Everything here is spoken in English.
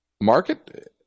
market